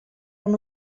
uno